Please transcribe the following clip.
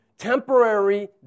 temporary